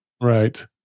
Right